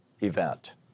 event